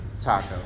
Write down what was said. Taco